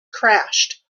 crashed